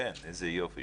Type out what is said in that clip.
כן, איזה יופי.